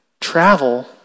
travel